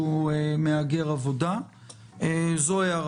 הוא יכול להמשיך לטפל בו בתנאים מסוימים ככל שהדבר